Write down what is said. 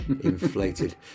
inflated